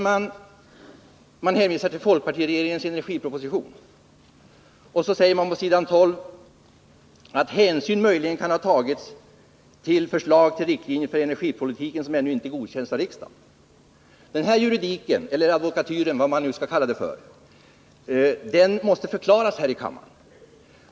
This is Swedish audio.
Man hänvisar till den folkpartistiska energipropositionen, och så säger man på s. 12 att ”hänsyn möjligen kan ha tagits till förslag till riktlinjer för energipolitiken som ännu inte godkänts av riksdagen”. Den juridiken — eller advokatyren, vad man nu vill kalla det — måste förklaras här i kammaren.